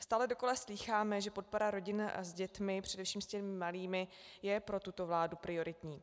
Stále dokola slýcháme, že podpora rodin s dětmi, především s těmi malými, je pro tuto vládu prioritní.